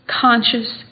conscious